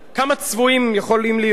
כמה צבועים הם יכולים להיות,